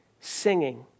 singing